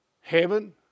Heaven